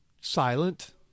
silent